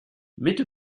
mitte